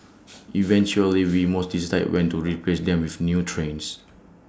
eventually we most decide when to replace them with new trains